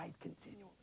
continually